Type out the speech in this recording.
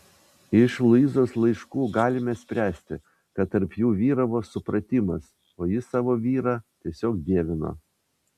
iš luizos laiškų galime spręsti kad tarp jų vyravo supratimas o ji savo vyrą tiesiog dievino